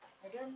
I don't